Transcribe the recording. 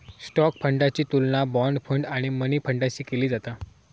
stock फंडाची तुलना bond fund आणि मनी फंडाशी केली जाता